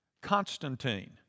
Constantine